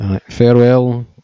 farewell